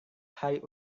hari